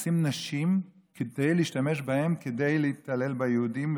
לשים נשים כדי להשתמש בהן להתעלל ביהודים,